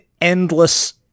endless